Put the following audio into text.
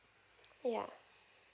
ya